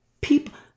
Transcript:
people